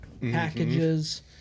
packages